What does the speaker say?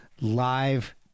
Live